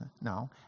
No